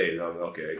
okay